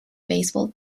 baseball